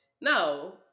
No